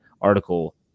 article